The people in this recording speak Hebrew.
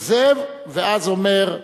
עוזב ואז אומר: